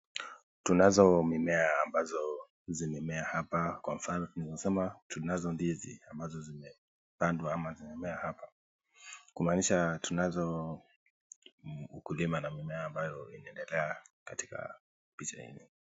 Tunazo mimea ambazo zimemea hapa kwa mfano, tunasema tunazo ndizi ambazo zimepandwa ama zimemea hapa. Kumaanisha tunazo ukulima na mimea ambayo inaendelea katika picha hii.